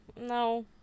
no